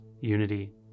unity